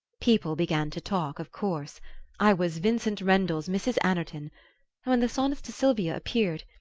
people began to talk, of course i was vincent rendle's mrs. anerton when the sonnets to silvia appeared,